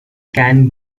can